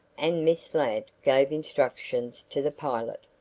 and miss ladd gave instructions to the pilot.